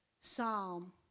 psalm